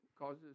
causes